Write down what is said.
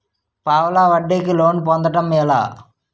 పావలా వడ్డీ కి లోన్ పొందటం ఎలా?